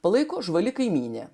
palaiko žvali kaimynė